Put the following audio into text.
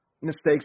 mistakes